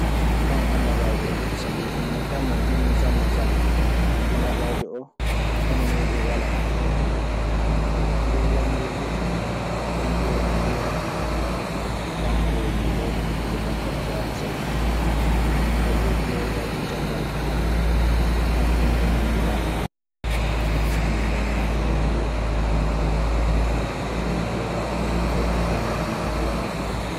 Tan annabaajo oo, sabi ɗun mo tan mo njimmi sanne sanne. Annabaajo oo hono muuɗun walla. Ngol lanndol duu kanko woni mo mbiyammi. Kanko woni mo mbaawmi hokkude banngal jaabi sabi tageefu ngoo fuu caggal Alla. Kanko woni nii woni mo minen kaa woni mo min nanngiri ɓurɗo. jooni non, yimɓe yogaaɓe ana njogii kañun duu faamuuji mun en ko wanaa ɗun.